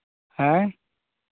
ᱦᱮᱸ